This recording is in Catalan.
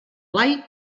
blai